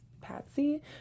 Patsy